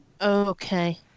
Okay